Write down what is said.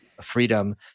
freedom